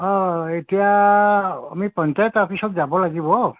এ এতিয়া আমি পঞ্চায়ত অফিচত যাব লাগিব